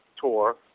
tour